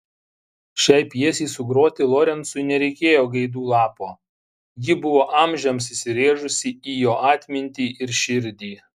šiai pjesei sugroti lorencui nereikėjo gaidų lapo ji buvo amžiams įsirėžusi į jo atmintį ir širdį